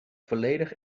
volledig